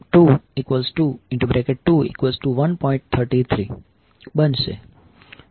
33 બનશે